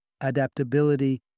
adaptability